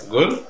Good